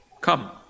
Come